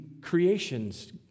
creations